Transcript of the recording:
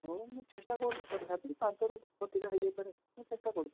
ହଉ ମୁଁ ଚେଷ୍ଟା କରୁଛି ତଥାପି ପାଞ୍ଚରୁ ଅଧିକା ହେଇଯାଇପାରେ ମୁଁ ଚେଷ୍ଟା କରୁଛି